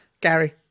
Gary